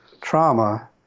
trauma